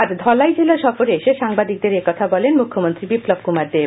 আজ ধলাই জেলা সফরে এসে সাংবাদিকদের একথা বলেন মুখ্যমন্ত্রী বিপ্লব কুমার দেব